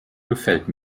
gefällt